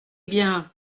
bien